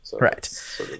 Right